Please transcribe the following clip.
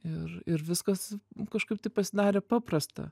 ir ir viskas kažkaip tai pasidarė paprasta